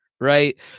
right